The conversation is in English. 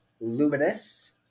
Luminous